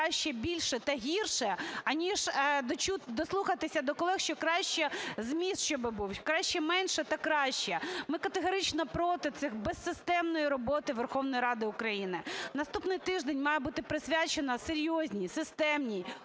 краще більше та гірше, аніж дослухатися до колег, що краще зміст щоб був, краще менше та краще? Ми категорично проти цієї безсистемної роботи Верховної Ради України. Наступний тиждень має бути присвячено серйозній, системній